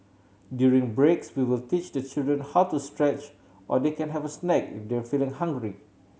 during breaks we will teach the children how to stretch or they can have a snack if they're feeling hungry